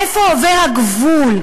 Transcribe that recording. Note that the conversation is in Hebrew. איפה עובר הגבול,